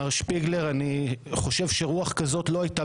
מר שפיגלר אני חושב שרוח כזאת לא הייתה